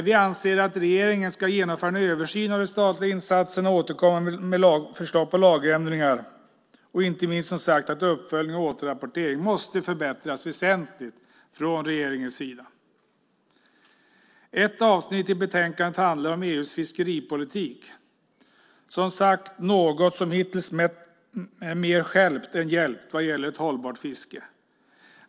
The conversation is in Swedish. Vi anser att regeringen ska genomföra en översyn av de statliga insatserna och återkomma med förslag på lagändringar och inte minst som sagt att uppföljningen och återapporteringen måste förbättras väsentligt från regeringens sida. Ett avsnitt i betänkandet handlar om EU:s fiskeripolitik. Det är som sagt något som hittills mer stjälpt än hjälpt vad gäller hållbart fiske.